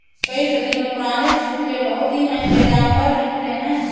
कई सदियों पुराने सिक्के बहुत ही महंगे दाम पर बिकते है